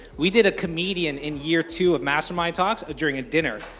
we did a comedian in year two of mastermind talks, during a dinner.